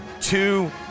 two